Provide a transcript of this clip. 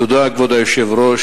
תודה, כבוד היושב-ראש.